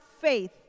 faith